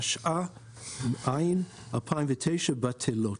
התש"ע-2009 בטלות.